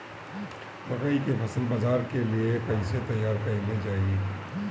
मकई के फसल बाजार के लिए कइसे तैयार कईले जाए?